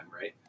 right